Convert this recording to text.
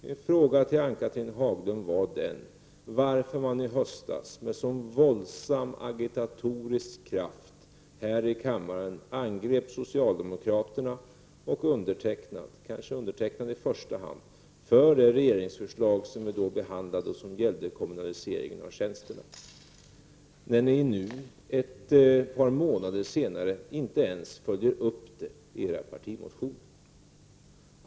Min fråga till Ann-Cathrine Haglund var varför man i höstas med så våldsam agitatorisk kraft här i kammaren angrep socialdemokraterna och undertecknad — kanske i första hand undertecknad — för det regeringsförslag som vi då behandlade och som gällde kommunaliseringen av tjänsterna, när man nu ett par månader senare inte ens följer upp det i partimotioner.